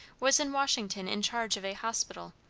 was in washington in charge of a hospital,